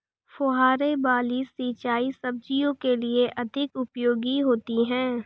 फुहारे वाली सिंचाई सब्जियों के लिए अधिक उपयोगी होती है?